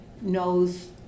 knows